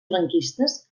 franquistes